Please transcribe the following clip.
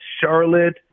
Charlotte